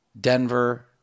Denver